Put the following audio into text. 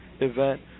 event